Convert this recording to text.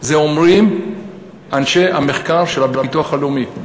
את זה אומרים אנשי המחקר של הביטוח הלאומי,